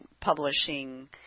publishing